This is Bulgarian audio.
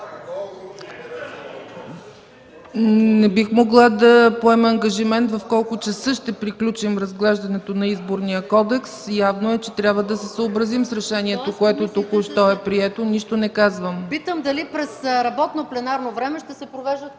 Не бих могла да поема ангажимент в колко часа ще приключим разглеждането на Изборния кодекс. Явно е, че трябва да се съобразим с решението, което току-що е прието. Нищо не казвам! МАЯ МАНОЛОВА: Питам дали през работно пленарно време ще се провеждат комисиите?